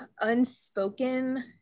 unspoken